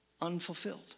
unfulfilled